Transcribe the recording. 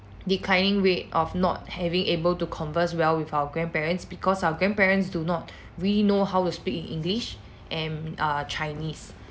declining rate of not having able to converse well with our grandparents because our grandparents do not really know how to speak in english and err chinese